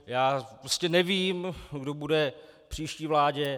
Já prostě nevím, kdo bude v příští vládě.